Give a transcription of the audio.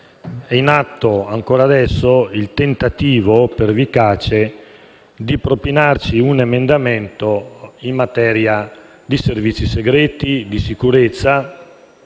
è in atto ancora adesso il tentativo pervicace di propinarci un emendamento in materia di servizi segreti, di sicurezza,